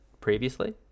previously